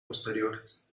posteriores